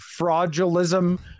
fraudulism